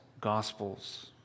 gospels